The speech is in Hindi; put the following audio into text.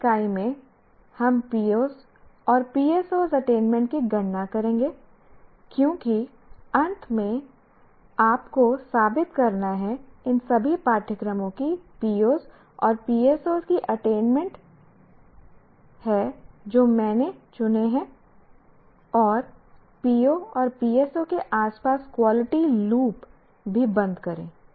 अगले इकाई में हम POs और PSOs अटेनमेंट की गणना करेंगे क्योंकि अंत में आप को साबित करना है इन सभी पाठ्यक्रमों कि POs और PSOs कि अटेनमेंट कर रहा हूं जो मैंने चुने है और PO और PSO के आस पास क्वालिटी लूप को भी बंद करें